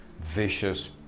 vicious